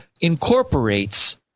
incorporates